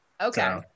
okay